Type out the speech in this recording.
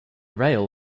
rail